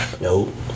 nope